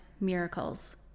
miracles